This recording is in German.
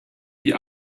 die